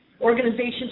organizations